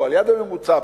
פה על-יד הממוצע,